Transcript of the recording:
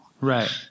Right